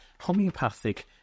homeopathic